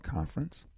Conference